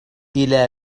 الى